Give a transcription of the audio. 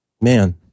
man